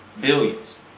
Billions